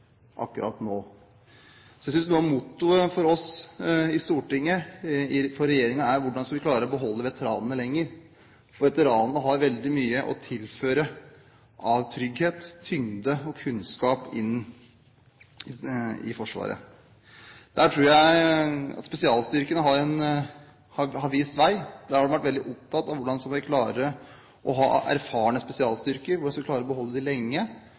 akkurat nå. Så jeg synes noe av mottoet for oss i Stortinget, for regjeringen, er hvordan vi skal klare å beholde veteranene lenger, for veteranene har veldig mye å tilføre av trygghet, tyngde og kunnskap inn i Forsvaret. Der tror jeg at spesialstyrkene har vist vei. Vi har vært veldig opptatt av hvordan vi skal klare å ha erfarne spesialstyrker, hvordan vi skal klare å beholde dem lenge,